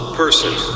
person